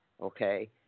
Okay